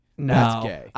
No